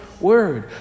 word